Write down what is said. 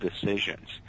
decisions